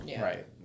right